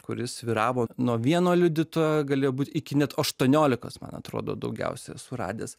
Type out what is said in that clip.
kuris svyravo nuo vieno liudytojo galėjo būt iki net aštuoniolikos man atrodo daugiausia esu radęs